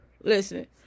Listen